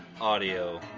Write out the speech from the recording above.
audio